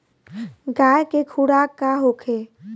गाय के खुराक का होखे?